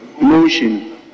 Motion